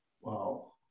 Wow